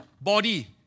body